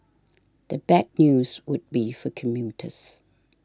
the bad news would be for commuters